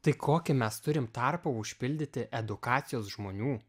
tai kokį mes turim tarpą užpildyti edukacijos žmonių